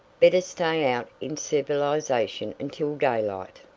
better stay out in civilization until daylight.